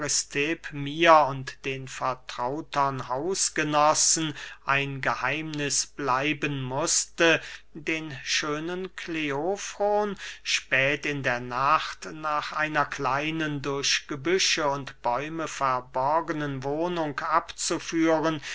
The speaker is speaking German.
mir und den vertrautern hausgenossen ein geheimniß bleiben mußte den schönen kleofron spät in der nacht nach einer kleinen durch gebüsche und bäume verborgenen wohnung abzuführen